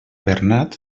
bernat